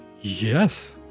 Yes